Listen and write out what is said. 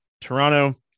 Toronto